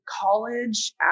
college